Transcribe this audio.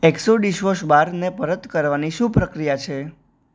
એકસો ડીશવોશ બારને પરત કરવાની શું પ્રક્રિયા છે